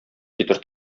китер